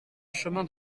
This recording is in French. chemin